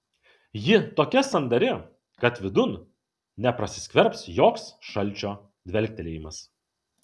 ji tokia sandari kad vidun neprasiskverbs joks šalčio dvelktelėjimas